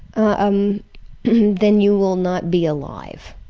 um then you will not be alive,